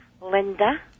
Linda